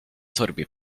torbie